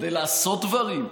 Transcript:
כדי לעשות דברים.